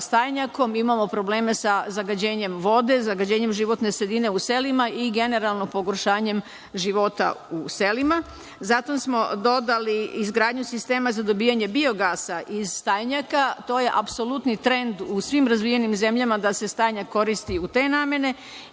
imamo probleme sa zagađenjem vode, zagađenjem životne sredine u selima i generalno pogoršanjem života u selima. Zato smo dodali izgradnju sistema za dobijanje biogasa iz stajnjaka, to je apsolutni trend u svim razvijenim zemljama da se stajnjak koristi u te namene